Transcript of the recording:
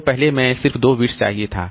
तो पहले मैं सिर्फ 2 बिट्स चाहिए होता था